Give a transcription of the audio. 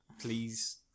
please